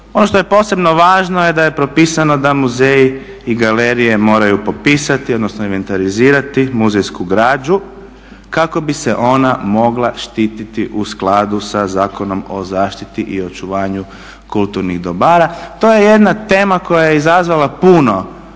Ono što je posebno važno je da je propisano da muzeji i galerije moraju popisati odnosno inventarizirati muzejsku građu kako bi se ona mogla štititi u skladu sa Zakonom o zaštiti i očuvanju kulturnih dobara. To je jedna tema koja je izazvala puno